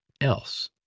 else